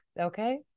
okay